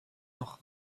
noch